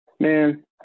Man